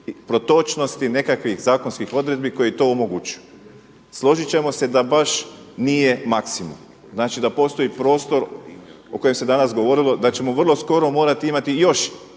protočnosti nekakvih zakonskih odredbi koje to omogućuju. Složit ćemo se da baš nije maksimum, znači da postoji prostor o kojem se danas govorilo da ćemo vrlo skoro morati imati još